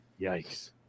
yikes